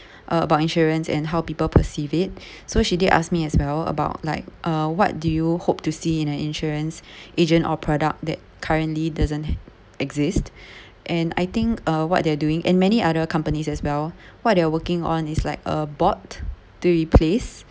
about insurance and how people perceive it so she did ask me as well about like uh what do you hope to see in a insurance agent or product that currently doesn't exist and I think uh what they're doing and many other companies as well what they are working on is like a bot to replace